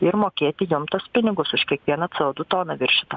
ir mokėti jom tuos pinigus už kiekvieną c o du toną viršytą